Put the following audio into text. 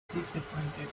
disappointed